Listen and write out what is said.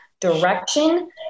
direction